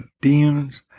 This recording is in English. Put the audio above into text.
demons